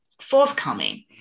forthcoming